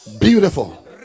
Beautiful